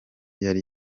yari